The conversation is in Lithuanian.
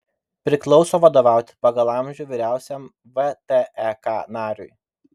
priklauso vadovauti pagal amžių vyriausiam vtek nariui